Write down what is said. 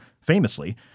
famously